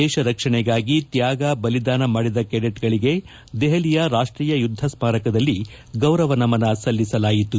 ದೇಶ ರಕ್ಷಣೆಗಾಗಿ ತ್ನಾಗ ಬಲಿದಾನ ಮಾಡಿದ ಕೆಡೆಟ್ಗಳಿಗೆ ದೆಹಲಿಯ ರಾಷ್ಪೀಯ ಯುಧ್ಗ ಸ್ನಾರಕದಲ್ಲಿ ಗೌರವ ನಮನ ಸಲ್ಲಿಸಲಾಯಿತು